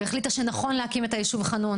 והחליטה שנכון להקים את היישוב חנון